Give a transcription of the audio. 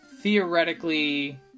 Theoretically